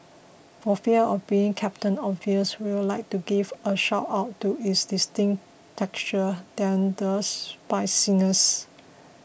for fear of being Captain Obvious we'd like to give a shout out to its distinct texture than the spiciness